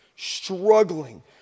struggling